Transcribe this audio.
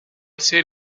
ser